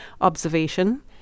observation